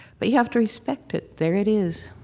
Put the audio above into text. but you have to respect it. there it is